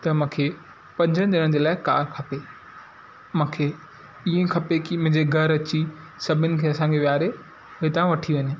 त मूंखे पंजनि ॼणनि जे लाइ कार खपे मांखे इअं खपे की मुंहिंजे घरु अची सभिनी खे असांखे विहारे हितां वठी वञे